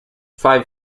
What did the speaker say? five